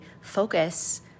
focus